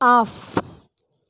off